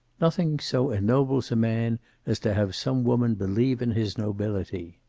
nothing so ennobles a man as to have some woman believe in his nobility.